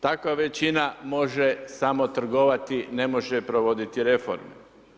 Takva većina može samo trgovati ne može provoditi reforme.